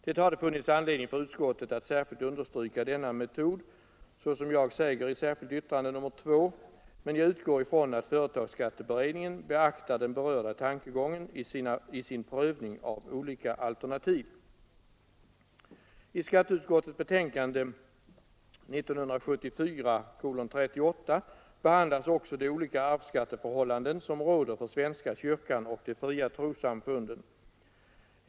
Det hade funnits anledning för utskottet att särskilt understryka denna metod, såsom jag säger i särskilda yttrandet nr 2, men jag utgår ifrån att företagsskatteberedningen beaktar den berörda tankegången i sin prövning av olika alternativ. I skatteutskottets betänkande 1974:38 behandlas också de olika arvsskatteförhållanden som råder för svenska kyrkan och de fria trossamfunden.